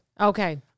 Okay